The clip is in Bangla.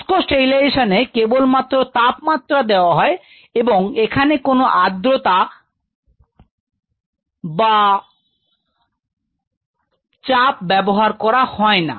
শুষ্ক স্টেরিলাইজেশন এ কেবলমাত্র তাপমাত্রা দেয়া হয় এবং এখানে কোন আর্দ্রতা বাচ্চা ব্যবহার করা হয় না